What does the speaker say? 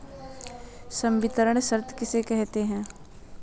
संवितरण शर्त किसे कहते हैं?